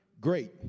Great